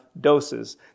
doses